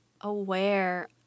aware